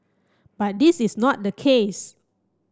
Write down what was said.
but this is not the case